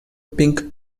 pink